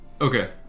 Okay